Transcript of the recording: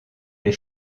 les